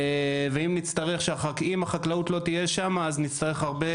אם החקלאות לא תהיה שם אז נצטרך הרבה